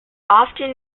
often